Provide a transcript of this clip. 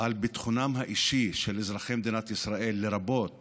לביטחונם האישי של אזרחי מדינת ישראל, לרבות